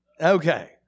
Okay